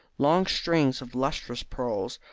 long strings of lustrous pearls,